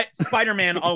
Spider-Man